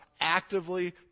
actively